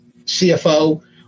CFO